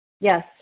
Yes